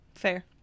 fair